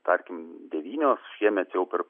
tarkim devynios šiemet jau per